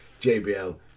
JBL